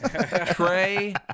Trey